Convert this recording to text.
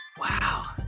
Wow